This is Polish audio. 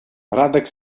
radek